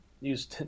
use